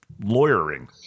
lawyering